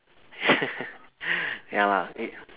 ya it's